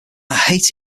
hate